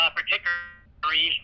particularly